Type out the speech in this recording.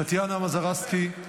טטיאנה מזרסקי,